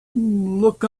look